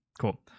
Cool